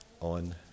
on